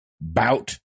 bout